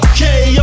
Okay